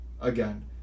again